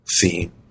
theme